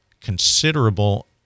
considerable